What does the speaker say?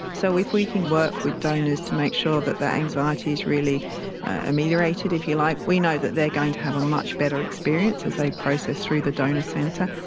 so if we can work with donors to make sure that their anxiety is really ameliorated, if you like, we know that they are going to have a much better experience as they process through the donor centre,